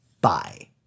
bye